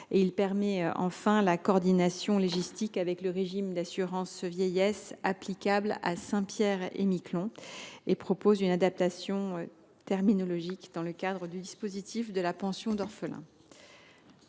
à permettre la coordination légistique avec le régime d’assurance vieillesse applicable à Saint Pierre et Miquelon. Enfin, il est proposé une adaptation terminologique dans la mention du dispositif de la pension d’orphelin.